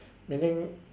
meaning